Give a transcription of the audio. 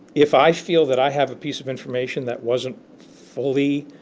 if i feel that i have a piece of information that wasn't fully